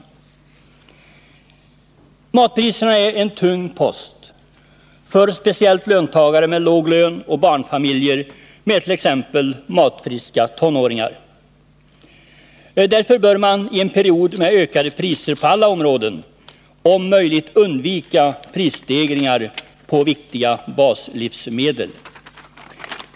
67 Matpriserna är en tung post, speciellt för löntagare med låg lön, och för barnfamiljer med t.ex. matfriska tonåringar. Därför bör man, i en period med ökande priser på alla områden, om möjligt undvika prisstegringar på viktiga baslivsmedel.